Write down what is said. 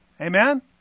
Amen